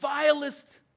vilest